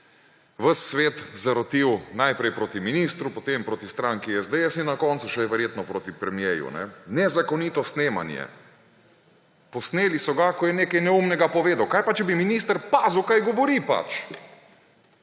ves svet zarotil naprej proti ministru, potem proti stranki SDS in na koncu še verjetno proti premierju. Nezakonito snemanje. Posneli so ga, ko je nekaj neumnega povedal. Kaj pa, če bi minister pazil, kaj govori, pač.